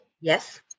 Yes